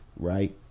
right